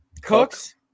Cooks